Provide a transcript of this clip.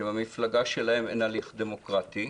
שבמפלגה שלהם אין הליך דמוקרטי,